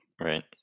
Right